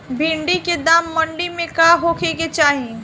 भिन्डी के दाम मंडी मे का होखे के चाही?